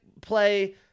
play